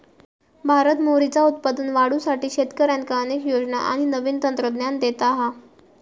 भारत मोहरीचा उत्पादन वाढवुसाठी शेतकऱ्यांका अनेक योजना आणि नवीन तंत्रज्ञान देता हा